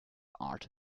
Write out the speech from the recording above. art